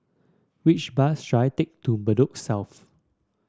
which bus should I take to Bedok South